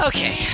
Okay